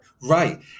right